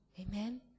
Amen